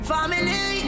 Family